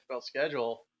schedule